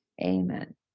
Amen